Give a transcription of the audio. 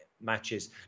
matches